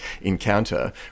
encounter